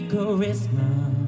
Christmas